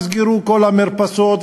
נסגרו כל המרפסות,